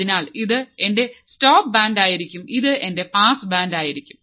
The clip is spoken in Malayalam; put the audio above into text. അതിനാൽ ഇത് എന്റെ സ്റ്റോപ്പ് ബാൻഡ് ആയിരിക്കും ഇത് എന്റെ പാസ് ബാൻഡ് ആയിരിക്കും